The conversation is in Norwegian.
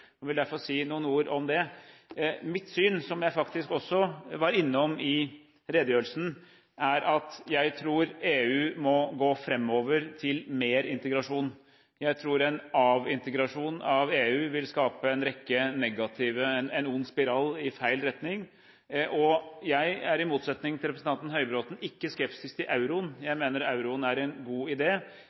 vil jeg få si noen ord om det. Mitt syn, som jeg faktisk også var innom i redegjørelsen, er at EU må gå framover til mer integrasjon. Jeg tror en av-integrasjon av EU vil skape en ond spiral i feil retning. Jeg er, i motsetning til representanten Høybråten, ikke skeptisk til euroen – jeg mener euroen er en god